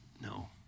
No